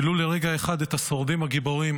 ולו לרגע אחד את השורדים הגיבורים,